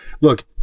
look